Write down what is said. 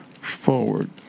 forward